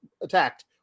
attacked